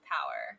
Power